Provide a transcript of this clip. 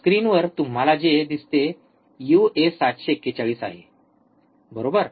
स्क्रीनवर तुम्हाला जे दिसते ते uA741 आहे बरोबर